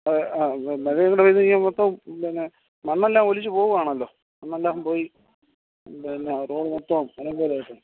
ആ മഴയും കൂടെ പെയ്ത് കഴിഞ്ഞാൽ മൊത്തവും പിന്നെ മണ്ണെല്ലാം ഒലിച്ചു പോവാണല്ലോ മണ്ണെല്ലാം പോയി പിന്നെ റോഡ് മൊത്തം അലങ്കോലമായിട്ടുണ്ട്